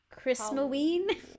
Christmaween